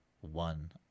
one